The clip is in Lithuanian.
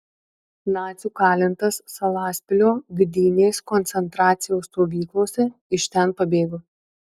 nacių kalintas salaspilio gdynės koncentracijos stovyklose iš ten pabėgo